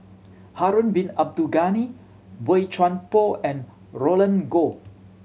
Harun Bin Abdul Ghani Boey Chuan Poh and Roland Goh